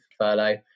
furlough